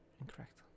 Incorrect